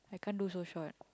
I can't do so short